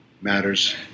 matters